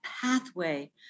pathway